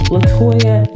Latoya